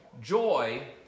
Joy